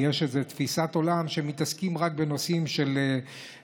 יש איזו תפיסת עולם שהם מתעסקים רק בנושאים של קודש,